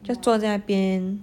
just 坐在那边